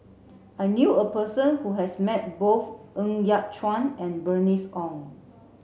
I knew a person who has met both Ng Yat Chuan and Bernice Ong